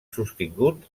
sostingut